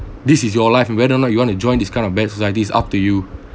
this is your life and whether or not you want to join this kind of bad society is up to you